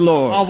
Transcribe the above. Lord